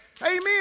Amen